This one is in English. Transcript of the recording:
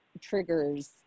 triggers